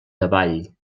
davall